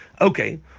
Okay